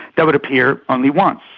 that would appear only once.